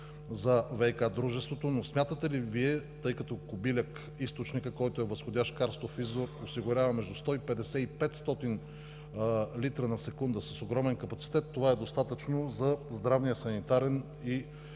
за ВиК дружеството. Смятате ли Вие, тъй като Кобиляк – източникът, който е възходящ карстов извор, осигурява между 150 и 500 литра на секунда, с огромен капацитет, че това е достатъчно за здравния санитарен и